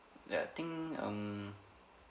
ya I think um